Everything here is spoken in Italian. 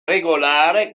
regolare